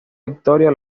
victoria